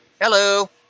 Hello